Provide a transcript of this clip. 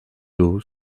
d’eau